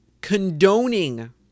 condoning